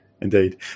Indeed